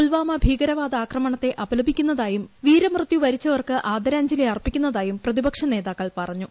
പുൽവാമ ഭീകരവാദ ആക്രമണത്തെ അപലപിക്കുന്നതായും വീരമൃത്യു വരിച്ചവർക്ക് ആദരാഞ്ജലി അർപ്പിക്കുന്നതായും പ്രതിപക്ഷ നേതാക്കൾ പറഞ്ഞു